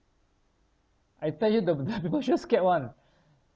I tell you the the people sure scared [one]